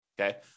Okay